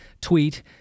tweet